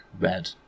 red